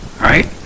right